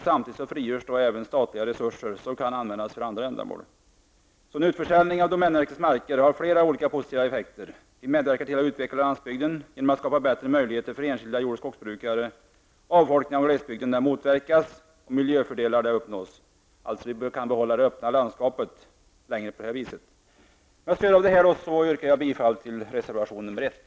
Samtidigt frigörs även statliga resurser som kan användas för andra ändamål. En utförsäljning av domänverkets marker får alltså flera positiva effekter: Vi medverkar till en utveckling av landsbygden genom att bättre möjligheter skapas för enskilda jord och skogsbrukare. Avfolkningen av glesbygden motverkas, och miljöfördelar uppnås. Vi kan således på det viset längre behålla det öppna landskapet. Med stöd av vad jag här har angivit yrkar jag bifall till reservation nr 1.